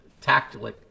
tactically